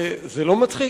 זה לא מצחיק,